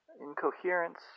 incoherence